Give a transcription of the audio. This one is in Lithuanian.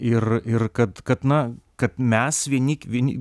ir ir kad kad na kad mes vieni vieni